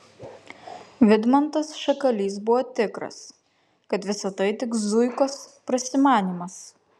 vidmantas šakalys buvo tikras kad visa tai tik zuikos prasimanymas